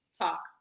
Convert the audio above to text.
talk